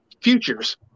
Futures